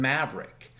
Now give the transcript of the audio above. Maverick